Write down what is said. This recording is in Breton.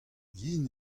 yen